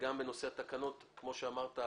וגם בנושא התקנות כמו שאמרת,